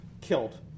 killed